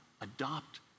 adopt